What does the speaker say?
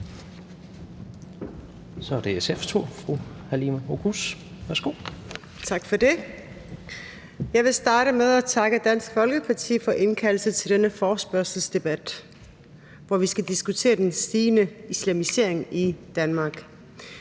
(Ordfører) Halime Oguz (SF): Tak for det. Jeg vil starte med at takke Dansk Folkeparti for at indkalde til denne forespørgselsdebat, hvor vi skal diskutere den stigende islamisering i Danmark.